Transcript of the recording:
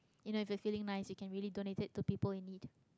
you know if you're feeling nice you can really donate it to people in need